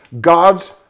God's